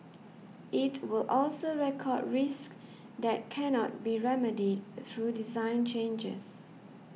it will also record risks that cannot be remedied through design changes